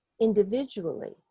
individually